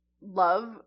love